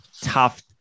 tough